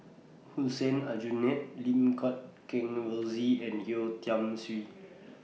Hussein Aljunied Lim Guat Kheng Rosie and Yeo Tiam Siew